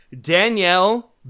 Danielle